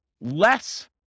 less